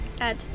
Ed